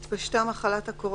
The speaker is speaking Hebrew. "הכרזה על אזור מוגבל 2. (א) (1) התפשטה